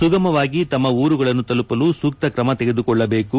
ಸುಗಮವಾಗಿ ತಮ್ಮ ಊರುಗಳನ್ನು ತಲುಪಲು ಸೂಕ್ತ ಕ್ರಮ ತೆಗೆದುಕೊಳ್ಳಬೇಕು